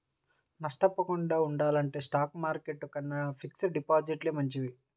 నష్టపోకుండా ఉండాలంటే స్టాక్ మార్కెట్టు కన్నా ఫిక్స్డ్ డిపాజిట్లే మంచివి